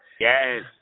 Yes